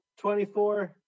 24